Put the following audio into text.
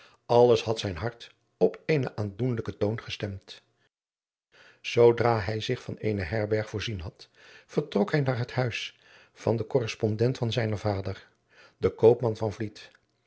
alles had zijn hart op eenen aandoenlijken toon gestemd zoodra hij zich van eene herberg voorzien had vertrok hij naar het huis van den korrespondent van zijnen vader den koopman